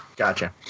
Gotcha